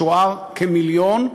משוער כמיליון,